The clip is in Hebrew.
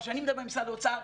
כשאני מדבר על משרד האוצר,